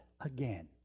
again